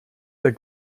der